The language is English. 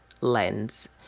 lens